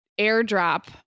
airdrop